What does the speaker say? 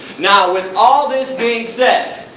now with all this being said,